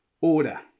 order